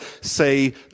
say